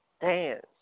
dance